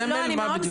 סמל, מה בדיוק?